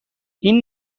این